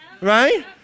right